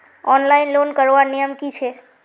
Online loan करवार नियम की छे?